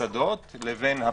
מוסדות לבין הפרטים,